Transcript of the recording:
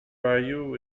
ryu